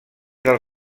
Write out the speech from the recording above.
del